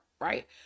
right